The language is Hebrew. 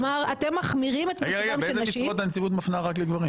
רגע, באיזה משרות הנציבות מפנה רק לגברים?